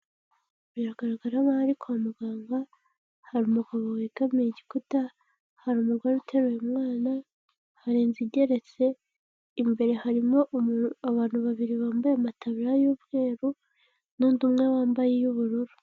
Biragaragara nkaho ari kwa muganga, hari umugabo wegamiye igikuta, hari umugore uteruye umwana, hari inzu igeretse, imbere harimo abantu babiri bambaye amataburiya y'umweru, n'undi umwe wambaye iy'ubururu.